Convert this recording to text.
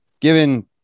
given